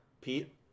pete